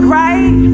right